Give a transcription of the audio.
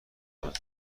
رود